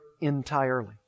entirely